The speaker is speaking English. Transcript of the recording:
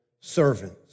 servants